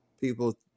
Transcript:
people